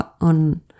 on